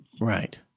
Right